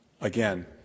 Again